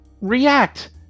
react